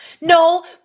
No